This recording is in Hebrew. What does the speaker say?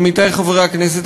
עמיתי חברי הכנסת,